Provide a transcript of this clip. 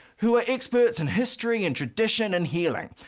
who are experts in history and tradition and healing.